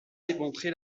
démontré